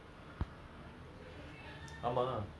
இல்ல மொதல்ல வெளிய போனல்ல:illa modalla veliya ponalla so இப்ப தான்:ippa thaan